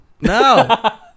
no